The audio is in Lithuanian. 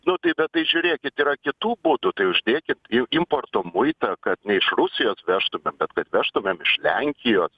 nu tai bet tai žiūrėkit yra kitų būdų tai uždėkit į importo muitą kad ne iš rusijos vežtu bet bet bet vežtumėm iš lenkijos